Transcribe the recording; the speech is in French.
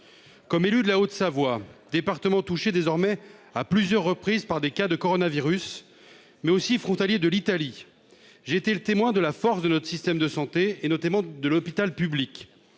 jour. Élu de la Haute-Savoie, département touché désormais à plusieurs reprises par des cas de coronavirus, mais aussi frontalier de l'Italie, j'ai été le témoin de la force de notre système de santé, notamment de l'hôpital public.